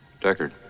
Deckard